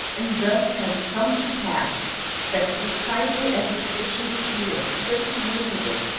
and thus has it come to pass that, precisely as the physicians of europe, fifty years ago,